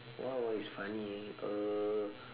what what is funny uh